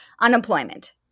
unemployment